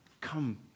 Come